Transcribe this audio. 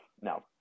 no